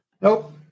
Nope